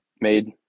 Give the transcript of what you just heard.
made